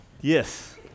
Yes